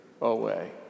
away